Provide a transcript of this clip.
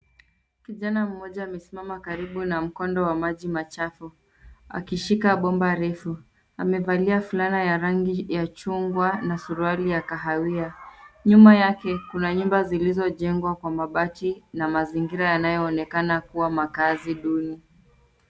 Kijana mmoja amesimama kando ya mkondo wa maji machafu akishika bomba refu. Amevalia fulana ya rangi ya chungwa na suruali ya kahawia. Nyuma yake kuna nyumba zilizojengwa kwa mabati na mazingira yanayoonekana kuwa makazi duni.